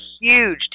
huge